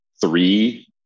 three